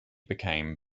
became